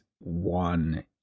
one